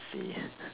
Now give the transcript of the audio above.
see